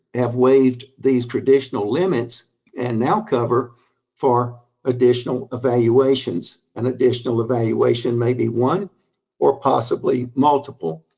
have waived these traditional limits and now cover for additional evaluations. an additional evaluation may be one or possibly multiple.